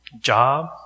job